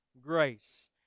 grace